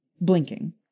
Blinking